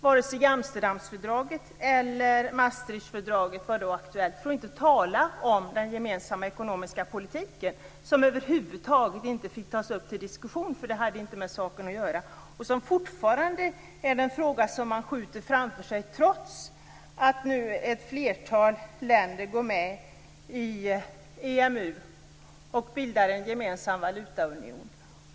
Varken Amsterdamfördraget eller Maastrichtfördraget var då aktuellt - för att inte tala om den gemensamma ekonomiska politiken, som över huvud taget inte fick tas upp till diskussion, eftersom det inte hade med saken att göra, och som fortfarande är den fråga som man skjuter framför sig, trots att ett flertal länder har gått med i EMU och bildat en gemensam valutaunion.